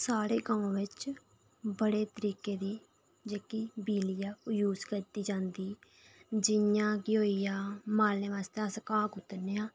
साढ़े गांव बिच बड़े तरीके दी जेह्ड़ी बिजली ऐ ओह् यूज़ कीती जंदी जि'यां की होइया मालै आस्तै अस घाऽ कुतरने आं